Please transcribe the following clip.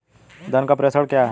धन का प्रेषण क्या है?